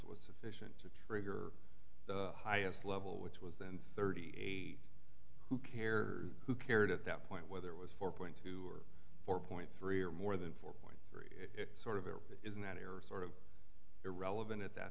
kilograms was sufficient to trigger the highest level which was then thirty eight who care who cared at that point whether it was four point two or four point three or more than four point it sort of it isn't an error sort of irrelevant at that